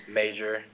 major